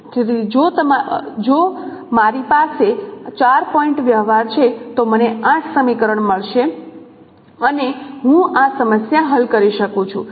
તેથી જો મારી પાસે 4 પોઇન્ટ વ્યવહાર છે તો મને 8 સમીકરણ મળશે અને હું આ સમસ્યા હલ કરી શકું છું